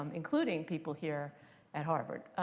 um including people here at harvard.